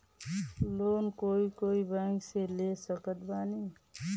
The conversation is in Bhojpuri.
लोन कोई बैंक से ले सकत बानी?